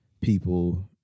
people